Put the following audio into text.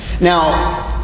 Now